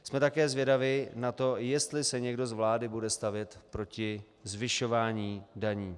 Jsme také zvědavi na to, jestli se někdo z vlády bude stavět proti zvyšování daní.